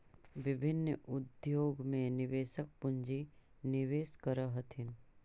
विभिन्न उद्योग में निवेशक पूंजी निवेश करऽ हथिन